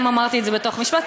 אם אמרתי את זה בתוך משפט,